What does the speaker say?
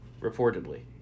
reportedly